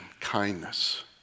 kindness